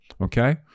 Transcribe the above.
Okay